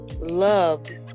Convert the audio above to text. loved